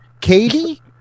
Katie